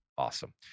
awesome